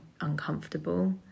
uncomfortable